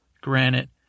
granite